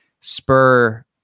spur